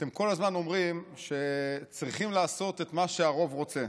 אתם כל הזמן אומרים שצריכים לעשות את מה שהרוב רוצה.